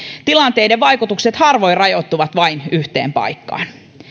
tilanteiden vaikutukset harvoin rajoittuvat vain yhteen paikkaan